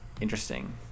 interesting